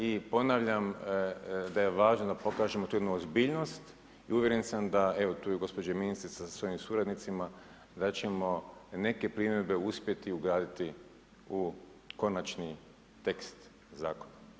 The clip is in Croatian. I ponavljam da je važno da pokažemo tu jednu ozbiljnost i uvjeren sam da, evo tu je i gospođa ministrica sa svojim suradnicima, da ćemo neke primjedbe uspjeti ugraditi u konačni tekst zakona.